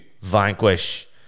Vanquish